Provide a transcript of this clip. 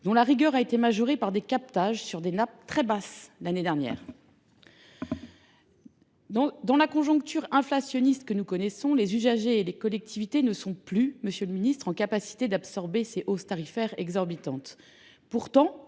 dont la rigueur a été majorée par des captages d’eau dans des nappes très basses l’année dernière. Dans la conjoncture inflationniste que nous connaissons, les usagers et les collectivités ne sont plus en mesure d’absorber ces hausses tarifaires exorbitantes. Pourtant,